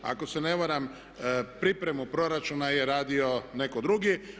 Ako se ne varam pripremu proračuna je radio netko drugi.